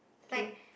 like